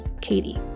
Katie